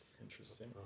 Interesting